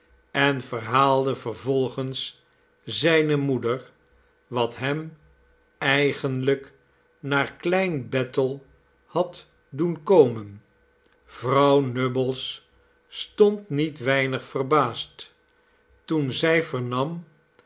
en verhaalde vervolgens zijne moeder wat hem eigenlijk naar klein bethel had doen komen vrouw nubbles stond niet weinig verbaasd toen zij vernam